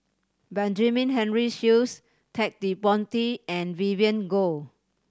Benjamin Henry Sheares Ted De Ponti and Vivien Goh